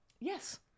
Yes